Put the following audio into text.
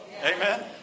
Amen